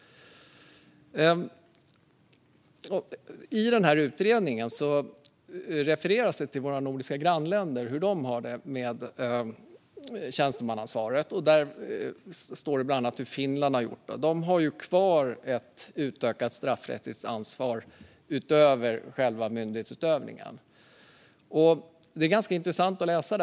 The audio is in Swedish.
I utredningen refereras det till hur det är med tjänstemannaansvaret i våra nordiska grannländer. Det står bland annat hur Finland har gjort. De har ju kvar ett utökat straffrättsligt ansvar utöver själva myndighetsutövningen. Det är ganska intressant att läsa.